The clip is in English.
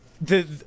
The-